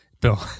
Bill